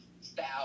style